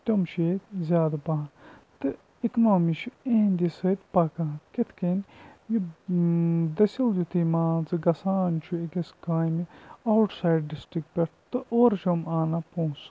تِم چھِ ییٚتہِ زیادٕ پَہَن تہٕ اِکنامی چھِ اِہِںٛدِ سۭتۍ پَکان کِتھ کٔنۍ یہِ دٔسِل یُتھُے مان ژٕ گژھان چھُ أکِس کامہِ آوُٹ سایڈ ڈِسٹِرٛک پٮ۪ٹھ تہٕ اورٕ چھِ یِم آنان پونٛسہٕ